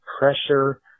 pressure